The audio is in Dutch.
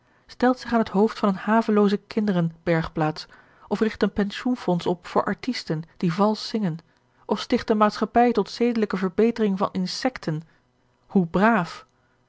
stelt zich aan het hoofd van eene havelooze kinderen bergplaats of rigt een pensioenfonds op voor artisten die valsch zingen of sticht eene maatschappij tot zedelijke verbetering van insecten hoe braaf